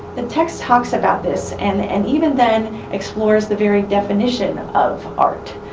the text talks about this and and even then explores the very definition of art.